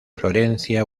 florencia